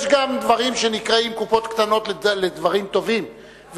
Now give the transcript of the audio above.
יש גם דברים שנקראים קופות קטנות לדברים טובים,